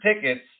tickets